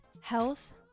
Health